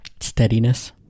Steadiness